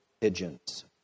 pigeons